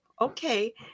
okay